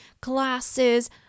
glasses